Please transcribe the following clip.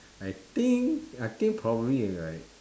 I think I think probably it's like